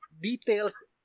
details